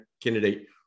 candidate